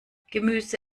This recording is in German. gemüse